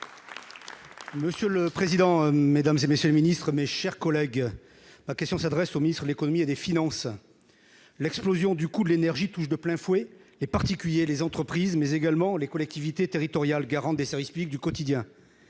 Monsieur le président, Mesdames et messieurs, le Ministre, mes chers collègues, ma question s'adresse au Ministre de l'Économie et des Finances, l'explosion du coût de l'énergie, touche de plein fouet les particuliers, les entreprises mais également les collectivités territoriales, garant des services publics du quotidien,